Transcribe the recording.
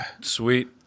Sweet